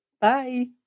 Bye